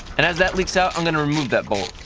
and as that leaks out, i'm going to remove that bolt.